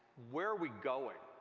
where are we going,